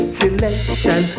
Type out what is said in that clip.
selection